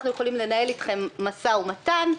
אנחנו יכולים לנהל אתכם משא ומתן,